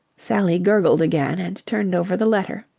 sally gurgled again and turned over the letter.